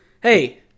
Hey